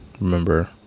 remember